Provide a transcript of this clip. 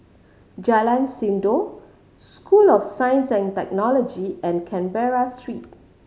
Jalan Sindor School of Science and Technology and Canberra Street